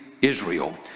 israel